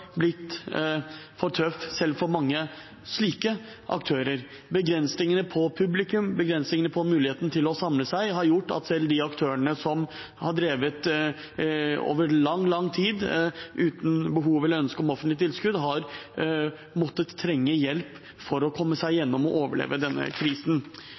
blitt for tøff selv for mange slike aktører. Begrensningene på publikum og begrensningene på muligheten til å samle seg har gjort at selv de aktørene som har drevet over lang, lang tid uten behov for eller ønske om offentlig tilskudd, har trengt hjelp for å komme seg gjennom og overleve denne krisen.